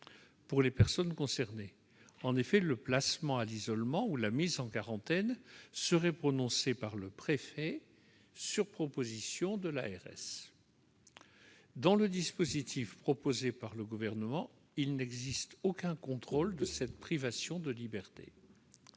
pour les personnes concernées. En effet, le placement à l'isolement ou la mise en quarantaine serait prononcé par le préfet, sur proposition de l'agence régionale de santé. Dans le dispositif proposé par le Gouvernement, aucun contrôle de cette privation de liberté